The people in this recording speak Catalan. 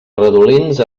redolins